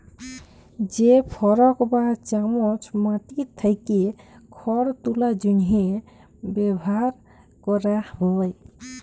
যে ফরক বা চামচ মাটি থ্যাকে খড় তুলার জ্যনহে ব্যাভার ক্যরা হয়